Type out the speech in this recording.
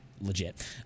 legit